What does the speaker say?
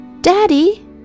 Daddy